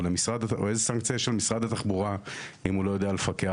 או איזו סנקציה יש למשרד התחבורה אם הוא לא יודע לפקח